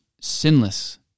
sinless